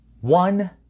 One